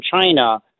China